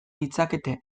ditzakete